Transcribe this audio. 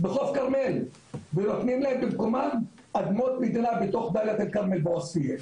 בחוף הכרמל ונותנים להם במקומם אדמות מדינה בתוך דאלית אל כרמל ועוספיה.